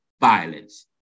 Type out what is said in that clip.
violence